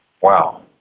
Wow